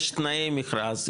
יש תנאיי מכרז,